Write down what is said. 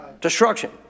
Destruction